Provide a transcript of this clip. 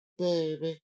baby